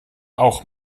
auch